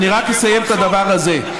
אני רק אסיים את הדבר הזה: